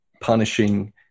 punishing